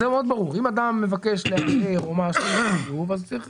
זה ברור מאוד: אם אדם מבקש לערער אז צריך